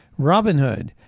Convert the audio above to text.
Robinhood